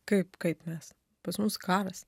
kaip kaip mes pas mus karas